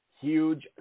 huge